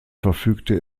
verfügte